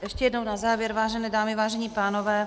Ještě jednou na závěr, vážené dámy, vážení pánové.